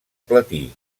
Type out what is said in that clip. platí